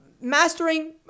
mastering